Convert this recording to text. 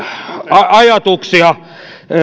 ajatuksia